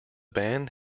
band